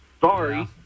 Sorry